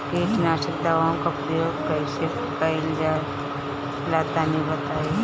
कीटनाशक दवाओं का प्रयोग कईसे कइल जा ला तनि बताई?